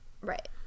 right